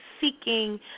seeking